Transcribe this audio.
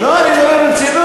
לא, אני אומר ברצינות.